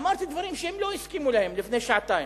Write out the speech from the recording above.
אמרתי דברים שהם לא הסכימו להם לפני שעתיים.